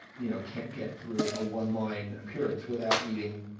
you know can't get through a one line appearance without needing,